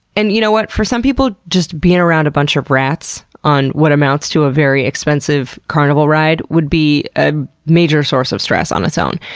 and you know what? for some people, just being around a bunch of rats on what amounts to a very expensive carnival ride, would be a major source of stress on its own.